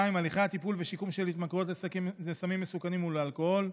2. הליכי הטיפול ושיקום בהתמכרויות לסמים מסוכנים ולאלכוהול,